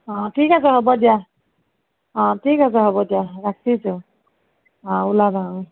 অঁ ঠিক আছে হ'ব দিয়া অঁ ঠিক আছে হ'ব দিয়া ৰাখিছোঁ অঁ ওলাবা